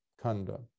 kanda